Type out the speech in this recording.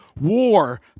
war